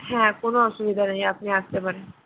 হ্যাঁ কোনো অসুবিধা নেই আপনি আসতে পারেন